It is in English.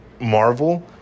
Marvel